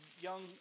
young